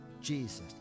Jesus